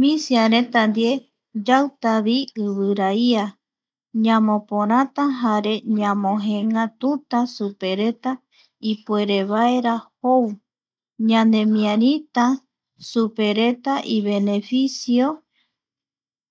Misia reta ndie yautavi ivira ia, yamoporata jare ñamojeengatuta supereta ipuere vaera jou, ñanemiarita supereta ibeneficio